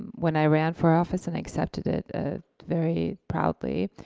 when i ran for office and accepted it ah very proudly.